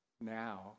now